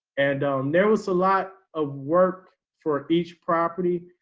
and there was a lot of work for each property.